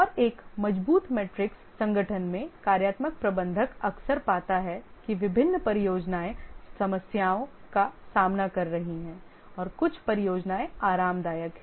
और एक मजबूत मैट्रिक्स संगठन में कार्यात्मक प्रबंधक अक्सर पाता है कि विभिन्न परियोजनाएं समस्याओं का सामना कर रही हैं और कुछ परियोजनाएं आरामदायक हैं